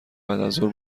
بعدازظهر